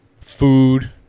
food